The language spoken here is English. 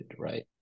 right